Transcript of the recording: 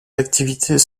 activités